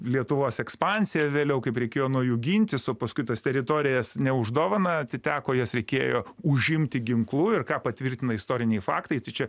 lietuvos ekspansiją vėliau kaip reikėjo nuo jų gintis o paskui tas teritorijas ne už dovaną atiteko jas reikėjo užimti ginklu ir ką patvirtina istoriniai faktai tai čia